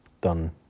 done